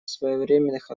своевременных